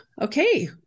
Okay